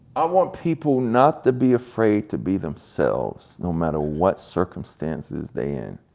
i want people not to be afraid to be themselves, no matter what circumstances they in.